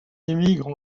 émigre